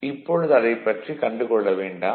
இப்பொழுது அதைப் பற்றி கண்டுகொள்ள வேண்டாம்